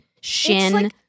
shin